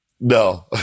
No